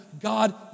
God